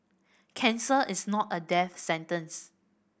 cancer is not a death sentence